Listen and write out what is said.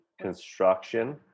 construction